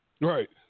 Right